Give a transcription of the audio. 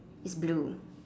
is blue